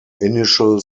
initial